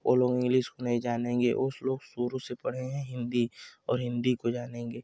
वो लोग इंग्लिस नहीं जानेंगे उस लोग शुरू से पढे हैं हिन्दी और हिन्दी को जानेंगे